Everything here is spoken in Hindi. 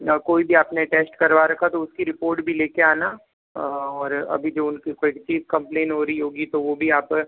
या कोई भी आपने टेस्ट करवा रखा हो तो उसकी रिपोर्ट भी लेके आना और अभी जो उनकी की कम्प्लेन हो रही होगी तो वो भी आप